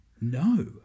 No